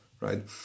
right